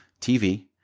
TV